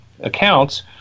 accounts